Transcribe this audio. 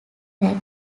that